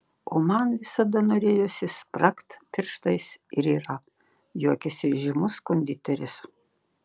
o man visada norėjosi spragt pirštais ir yra juokiasi žymus konditeris